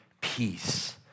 peace